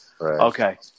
Okay